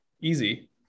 Easy